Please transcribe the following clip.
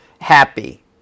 happy